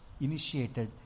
initiated